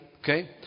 Okay